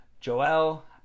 Joel